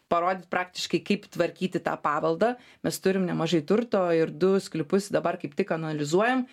parodyt praktiškai kaip tvarkyti tą paveldą mes turim nemažai turto ir du sklypus dabar kaip tik analizuojam